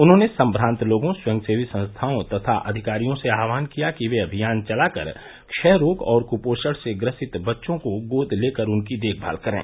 उन्होंने संग्रांत लोगों स्वयंसेवी संस्थाओं तथा अधिकारियों से आह्वान किया कि वे अभियान चलाकर क्षय रोग और कूपोषण से ग्रसित बच्चों को गोद लेकर उनकी देखभाल करें